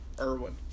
Irwin